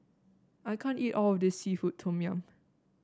I can't eat all of this seafood Tom Yum